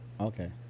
Okay